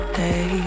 day